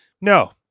no